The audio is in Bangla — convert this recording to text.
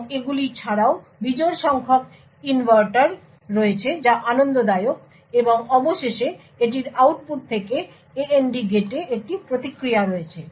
এবং এগুলি ছাড়াও বিজোড় সংখ্যক ইনভার্টার রয়েছে যা আনন্দদায়ক এবং অবশেষে এটির আউটপুট থেকে AND গেটে একটি প্রতিক্রিয়া রয়েছে